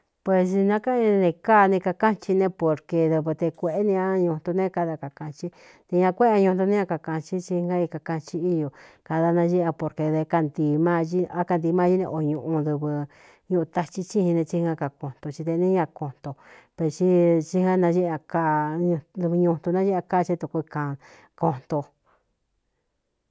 Pues nakaéne káa ne kakaꞌnchin ne porkē dɨvɨ te kuēꞌé nī a ñutun nē é kada kākāꞌncín te ña kuéꞌe ñuntu ne ña kakāꞌnchín tsingaíkakaꞌnchin ío kada nañíꞌa porke dé á kaꞌntiimáí ne o ñuꞌu ɨɨñuꞌu tathi csiin ne tsingá ka konton ti dēꞌ né ña konto p i tsná dɨvɨ ñunitu naéꞌa ká cɨ é tuku iꞌan koꞌnto.